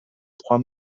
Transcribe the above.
juan